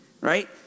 right